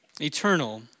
Eternal